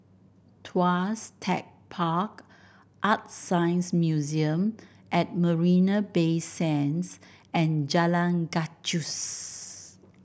Tuas Tech Park ArtScience Museum at Marina Bay Sands and Jalan Gajus